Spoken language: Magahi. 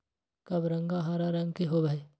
कबरंगा हरा रंग के होबा हई